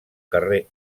carrer